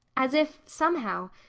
as if, somehow,